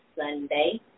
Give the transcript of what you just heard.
Sunday